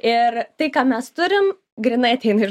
ir tai ką mes turim grynai ateina iš